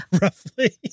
Roughly